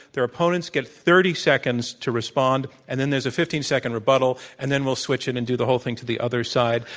their opponents get thirty seconds to respond, and then there's a fifteen second rebuttal, and then we'll switch and then and do the whole thing to the other side.